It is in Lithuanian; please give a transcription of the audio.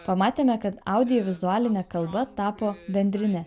pamatėme kad audiovizualinė kalba tapo bendrine